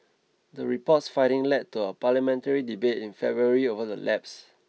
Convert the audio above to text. the report's findings led to a parliamentary debate in February over the lapses